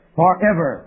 forever